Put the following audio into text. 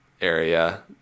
area